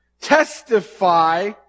testify